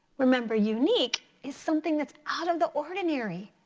remember unique is something that's out of the ordinary.